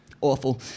awful